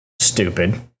stupid